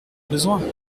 besoin